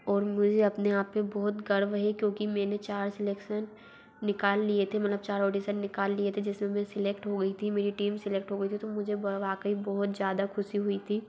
और मुझे अपने आप पर बहुत गर्व हे क्योंकि मैंने चार सेलेक्सन निकाल लिए थे मतलब चार ऑडीसन निकाल लिए थे जिस में में सेलेक्ट हो गई थी मेरी टीम सेलेक्ट हो गई थी तो मुझे वो वाक़ई बहुत ज़्यादा ख़ुशी हुई थी